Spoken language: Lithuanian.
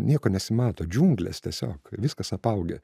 nieko nesimato džiunglės tiesiog viskas apaugę